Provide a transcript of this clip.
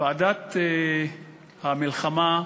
ועדת המלחמה בעוני,